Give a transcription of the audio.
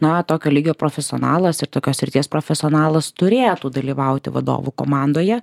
na tokio lygio profesionalas ir tokios srities profesionalas turėtų dalyvauti vadovų komandoje